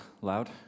loud